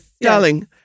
Darling